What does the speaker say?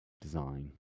design